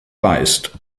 beißt